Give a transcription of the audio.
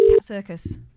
Circus